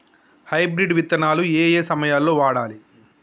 Hybrid విత్తనాలు ఏయే సమయాల్లో వాడాలి?